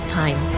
time